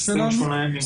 28 ימים.